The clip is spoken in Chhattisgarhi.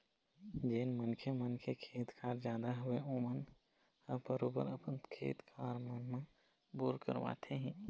जेन मनखे मन के खेत खार जादा हवय ओमन ह बरोबर अपन खेत खार मन म बोर करवाथे ही